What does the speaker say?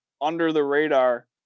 under-the-radar